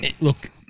Look